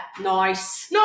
Nice